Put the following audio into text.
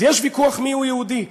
אז יש ויכוח מי הוא יהודי.